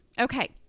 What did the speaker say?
Okay